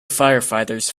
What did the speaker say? firefighters